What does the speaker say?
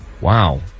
wow